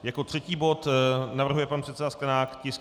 Jako třetí bod navrhuje pan předseda Sklenák tisk 841.